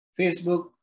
Facebook